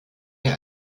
der